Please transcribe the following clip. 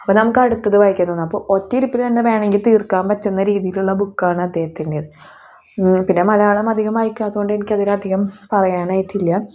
അപ്പം നമുക്ക് അടുത്തത് വായിക്കാൻ തോന്നും അപ്പം ഒറ്റ ഇരുപ്പിൽ തന്നെ വേണമെങ്കിൽ തീർക്കാൻ പറ്റുന്ന രീതിയിലുള്ള ബുക്കാണ് അദ്ദേഹത്തിൻ്റെത് പിന്നെ മലയാളം അധികം വായിക്കാത്ത കൊണ്ട് എനിക്കതിലധികം പറയാനായിട്ടില്ല